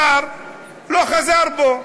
השר לא חזר בו.